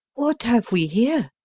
what have we here?